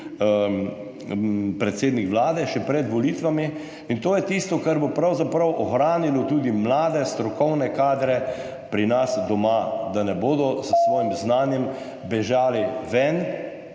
predsednik Vlade še pred volitvami. In to je tisto, kar bo pravzaprav ohranilo tudi mlade strokovne kadre pri nas doma, da ne bodo s svojim znanjem bežali ven,